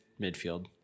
midfield